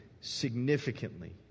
significantly